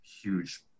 huge